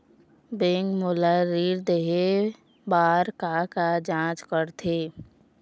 Bank मोला ऋण देहे बार का का जांच करथे?